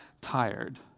tired